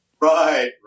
Right